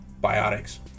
Biotics